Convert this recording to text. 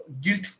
guilt